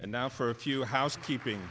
and now for a few housekeeping